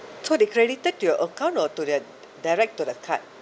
so they credited to your account or the direct to the card